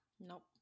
nope